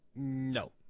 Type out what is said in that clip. No